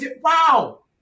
wow